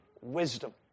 wisdom